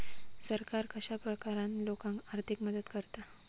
सरकार कश्या प्रकारान लोकांक आर्थिक मदत करता?